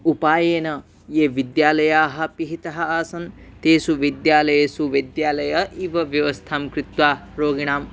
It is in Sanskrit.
उपायेन ये विद्यालयाः पिडिताः आसन् तेषु वैद्यालयेषु वैद्यालयः इव व्यवस्थां कृत्वा रोगिणाम्